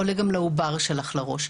עולה גם לעובר לראש.